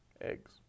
Eggs